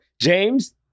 James